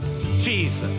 Jesus